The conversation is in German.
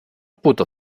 butter